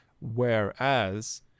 Whereas